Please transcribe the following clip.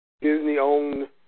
Disney-owned